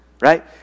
Right